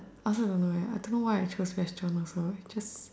I also don't know eh I don't know why I chose restaurant also it's just